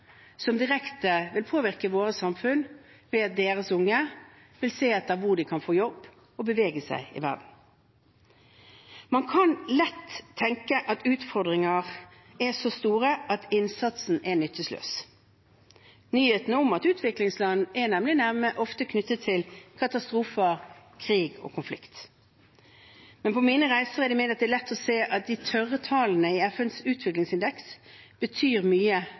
som direkte vil påvirke våre samfunn ved at deres unge vil se etter hvor de kan få jobb og bevege seg i verden. Man kan lett tenke at utfordringer er så store at innsatsen er nytteløs. Nyheter om utviklingsland er nemlig ofte knyttet til katastrofer, krig og konflikt. På mine reiser er det imidlertid lett å se at de tørre tallene i FNs utviklingsindeks betyr mye